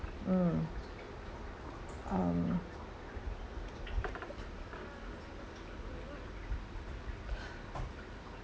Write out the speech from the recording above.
mm um